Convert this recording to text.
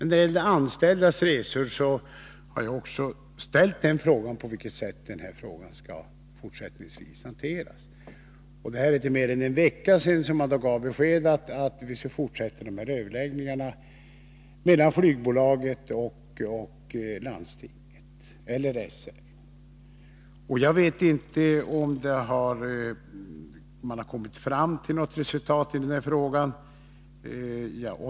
När det gäller de anställdas resor har jag också ställt frågan på vilket sätt detta fortsättningsvis skall kunna hanteras. Det är inte mer än en vecka sedan man gav besked om att vi skall fortsätta med de här överläggningarna mellan flygbolaget och landstinget eller SL. Jag vet inte om man har kommit fram till något resultat i den frågan.